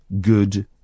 good